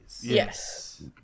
Yes